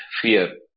fear